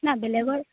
না বেলেগৰ